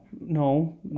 No